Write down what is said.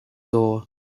door